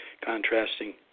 contrasting